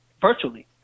virtually